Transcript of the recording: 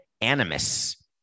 animus